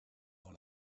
dans